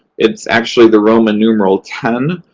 it's actually the roman numeral ten.